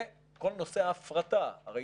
וכל נושא ההפרטה, הרי